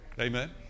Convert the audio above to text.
Amen